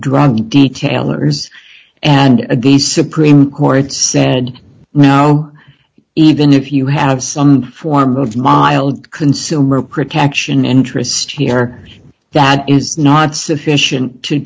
drug a tailor's and again supreme court said no even if you have some form of mild consumer protection interests here that is not sufficient to